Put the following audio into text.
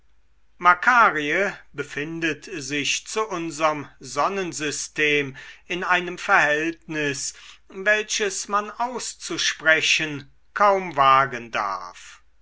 befindet sich zu unserm sonnensystem in einem verhältnis welches man auszusprechen kaum wagen darf